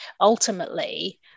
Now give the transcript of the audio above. ultimately